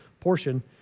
portion